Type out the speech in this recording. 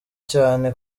cyane